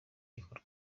gikorwa